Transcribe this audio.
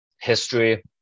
History